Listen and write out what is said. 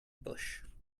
bush